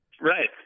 Right